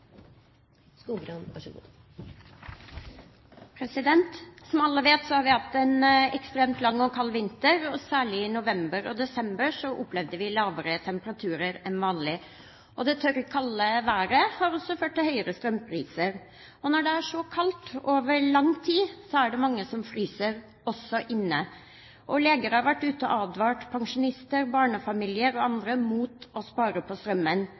kald vinter, og særlig i november og desember opplevde vi lavere temperaturer enn vanlig, og det tørre, kalde været har også ført til høyere strømpriser. Når det er så kaldt over lang tid, er det mange som fryser – også inne. Leger har vært ute og advart pensjonister, barnefamilier og andre mot å spare på strømmen.